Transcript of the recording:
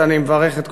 אני מברך את